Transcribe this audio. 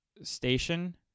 station